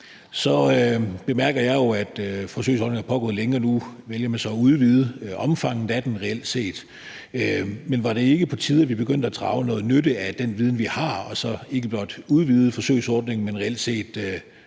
bemærker jeg jo, at forsøgsordningen er pågået længe nu, og man vælger så nu reelt set at udvide omfanget af den. Men var det ikke på tide, at vi begyndte at drage nytte af den viden, vi har, og så ikke blot udvidede forsøgsordningen, men reelt set begyndte